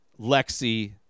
Lexi